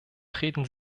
treten